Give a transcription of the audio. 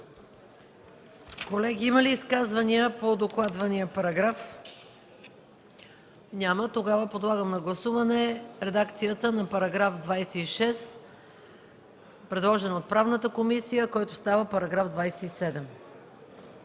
Колеги, има ли изказвания по докладвания параграф? Няма. Подлагам на гласуване редакцията на § 26, предложена от Правната комисия, който става § 27.